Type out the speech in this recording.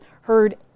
heard